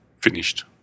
finished